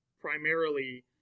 primarily